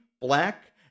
Black